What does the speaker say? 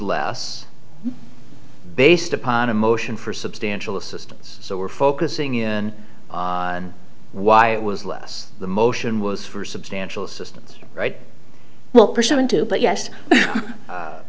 less based upon a motion for substantial assistance so we're focusing in on why it was less the motion was for substantial assistance right well pursuant to that ye